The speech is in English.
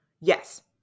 Yes